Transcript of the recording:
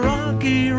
Rocky